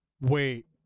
wait